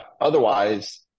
otherwise